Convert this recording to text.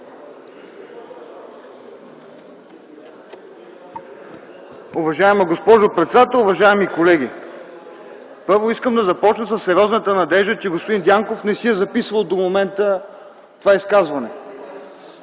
Уважаема госпожо председател, уважаеми колеги! Първо, искам да започна със сериозната надежда, че господин Дянков не си е записвал до момента това изказване.